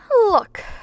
Look